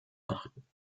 achten